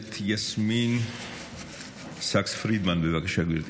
הכנסת יסמין סאקס פרידמן, בבקשה, גברתי.